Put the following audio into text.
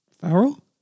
Farrell